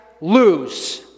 lose